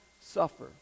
suffer